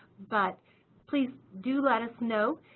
but please do let us know,